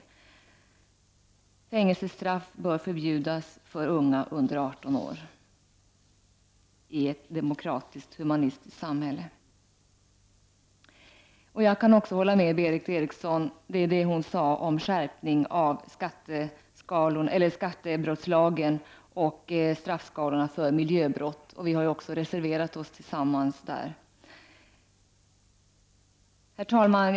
Fängelsestraff bör förbjudas för ungdomar under 18 års ålder i ett demokratiskt, humanitärt samhälle. Jag kan också hålla med Berith Eriksson i det hon sade om en skärpning av skattebrottslagen och straffskalorna för miljöbrott. Vi har också reserverat oss tillsammans på de punkterna. Herr talman!